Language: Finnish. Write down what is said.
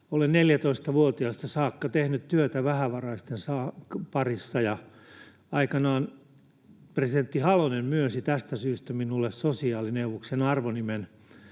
olen 14-vuotiaasta saakka tehnyt työtä vähävaraisten parissa, ja aikanaan presidentti Halonen myönsi tästä syystä minulle sosiaalineuvoksen arvonimen